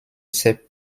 ses